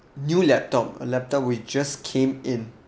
new laptop a laptop which just came in